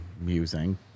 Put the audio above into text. musing